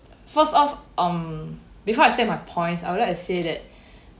first off um before I state my points I would like to say that